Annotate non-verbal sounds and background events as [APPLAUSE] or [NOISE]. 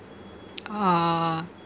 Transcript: [NOISE] ah